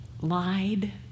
lied